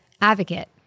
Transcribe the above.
advocate